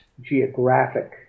geographic